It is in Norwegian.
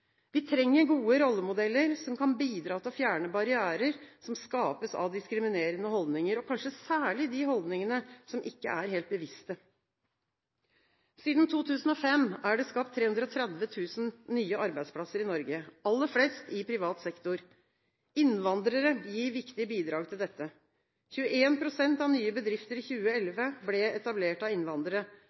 Vi trenger gode rollemodeller som kan bidra til å fjerne barrierer som skapes av diskriminerende holdninger, og kanskje særlig de holdningene som ikke er helt bevisste. Siden 2005 er det skapt 330 000 nye arbeidsplasser i Norge, aller flest i privat sektor. Innvandrere gir viktige bidrag til dette. 21 pst. av nye bedrifter i 2011 ble etablert av innvandrere.